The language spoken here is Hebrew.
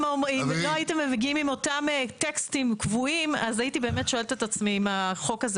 אומרים שזה טוב אז הייתי שואלת את עצמי האם החוק טוב.